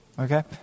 Okay